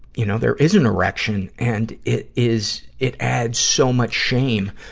you know, there is an erection. and it is, it adds so much shame,